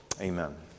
Amen